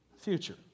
future